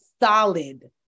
solid